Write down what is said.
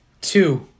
Two